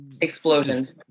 explosions